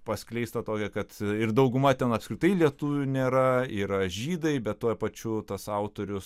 paskleista tokia kad ir dauguma ten apskritai lietuvių nėra yra žydai bet tuo pačiu tas autorius